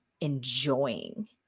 enjoying